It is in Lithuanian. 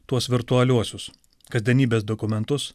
tuos virtualiuosius kasdienybės dokumentus